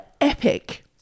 epic